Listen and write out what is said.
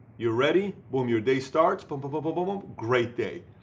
you're ready, boom you're day starts, boom boom but boom boom, great day.